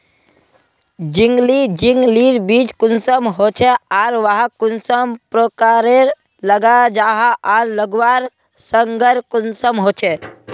झिंगली झिंग लिर बीज कुंसम होचे आर वाहक कुंसम प्रकारेर लगा जाहा आर लगवार संगकर कुंसम होचे?